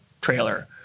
trailer